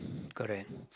correct